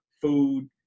food